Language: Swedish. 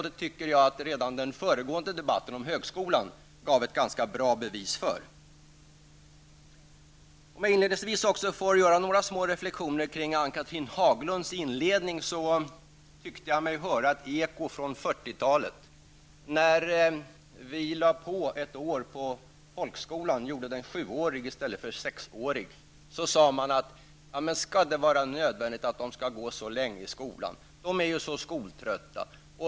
Det tycker jag att redan den föregående debatten, om högskolan, gav ett ganska bra bevis för. Får jag inledningsvis också göra några små reflektioner kring Ann-Cathrine Haglunds inledningsanförande. Jag tycke mig höra ett eko från 40-talet, när vi lade på ett år i folkskolan och gjorde den sjuårig i stället för sexårig. Då sade man: Skall det vara nödvändigt att de skall gå så länge i skolan? De är ju så skoltrötta.